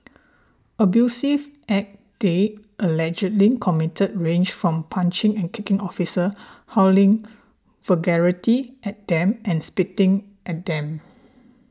abusive acts they allegedly committed range from punching and kicking officers hurling vulgarities at them and spitting at them